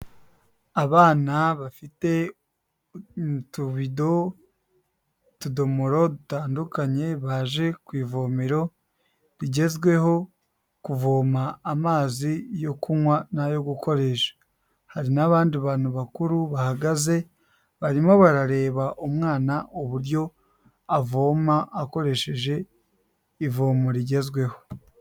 Abana bafite utubido, utudomoro dutandukanye baje ku ivomero rigezweho kuvoma amazi yo kunywa n'ayo gukoresha, hari n'abandi bantu bakuru bahagaze barimo barareba umwana uburyo avoma akoresheje ivomo rigezweho.